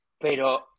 pero